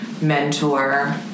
mentor